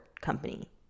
company